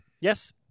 Yes